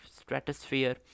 stratosphere